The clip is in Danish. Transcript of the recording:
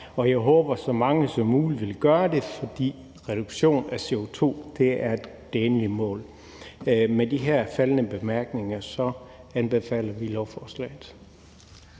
Jeg håber, at så mange som muligt vil gøre det, fordi reduktion af CO2 er det endelige mål. Med de her faldne bemærkninger anbefaler vi lovforslaget.